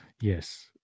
Yes